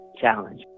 challenge